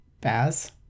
baz